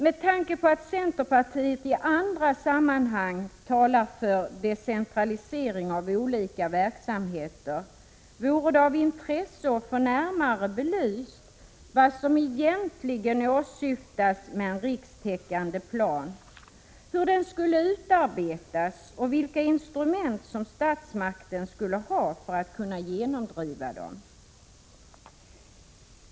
Med tanke på att centerpartiet i andra sammanhang talar för decentralisering av olika verksamheter vore det av intresse att få närmare belyst vad som egentligen åsyftas med en rikstäckande plan, hur den skulle utarbetas och vilka instrument som statsmakten skulle ha för att kunna genomdriva den.